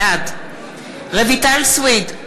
בעד רויטל סויד,